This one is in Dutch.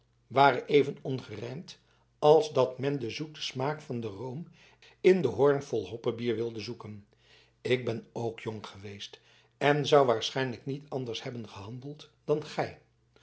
ware even ongerijmd als dat men den zoeten smaak van den room in een hoorn vol hoppebier wilde zoeken ik ben ook jong geweest en zou waarschijnlijk niet anders hebben gehandeld dan gij